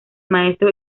maestro